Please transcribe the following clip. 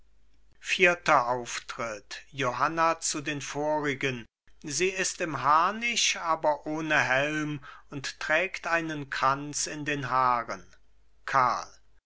vierter auftritt johanna zu den vorigen sie ist im harnisch aber ohne helm und trägt einen kranz in den haaren karl